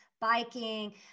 biking